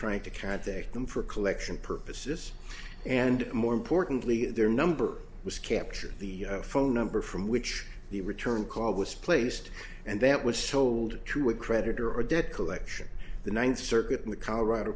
trying to count their them for collection purposes and more importantly their number was capture the phone number from which the return call was placed and that was sold to a creditor or debt collection the ninth circuit in the colorado